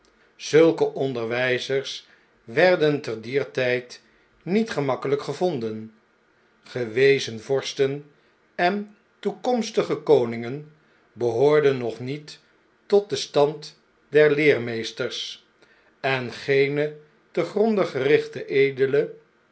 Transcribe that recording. zulke onderwjjzers werden te dier tjjd niet gemakkelp gevonden gewezen vorsten en toekomstige koningen behoorden nog niet tot den stand der leermeesters en geene te gronde gerichte edelen